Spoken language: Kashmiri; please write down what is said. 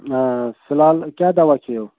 آ فِلحال کیٛاہ دَوا کھیٚیِو